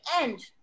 end